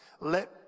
Let